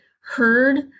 heard